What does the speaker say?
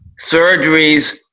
surgeries